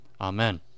Amen